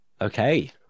Okay